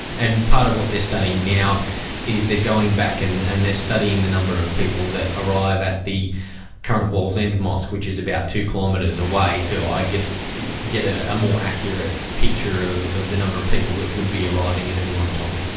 and part of what they're studying now is they're going back and and they're studying the number of people that arrive at the current world's end mosque, which is about two kilometres away, to i guess get a more accurate picture of of the number of people that would be arriving at any one time.